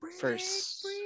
first